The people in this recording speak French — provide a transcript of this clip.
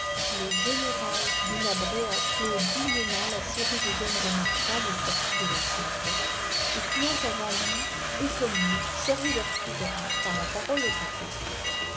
le général menabrea clôt dignement la série des hommes remarquables sortis de la savoie et qui ont avant lui et comme lui servi leur souverain par la parole et par l'épéc